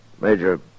Major